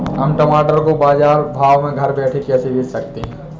हम टमाटर को बाजार भाव में घर बैठे कैसे बेच सकते हैं?